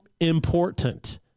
important